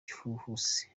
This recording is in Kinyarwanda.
gihuhusi